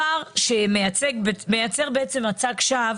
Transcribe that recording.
יש מצג שווא